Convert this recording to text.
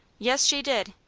yes, she did.